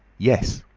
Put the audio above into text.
yes,